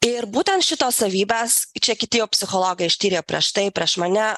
ir būtent šitos savybės čia kiti jau psichologai ištyrė prieš tai prieš mane